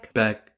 back